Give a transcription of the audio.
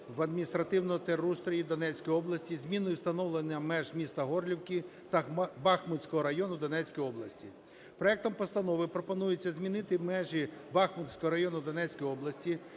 в адміністративному терустрої Донецької області, зміну і встановлення меж міста Горлівки та Бахмутського району Донецької області. Проектом постанови пропонується змінити межі Бахмутського району Донецької області,